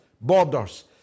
borders